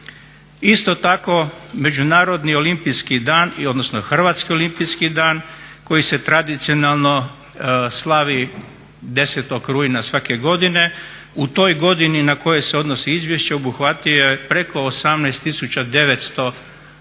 Isto tako Međunarodni olimpijski dan odnosno Hrvatski olimpijski dan koji se tradicionalno slavi 10.rujna svake godine u toj godini na koje se odnosi izvješće obuhvatio je preko 18.900 naših